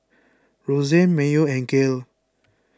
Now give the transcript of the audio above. Roseanne Mayo and Gail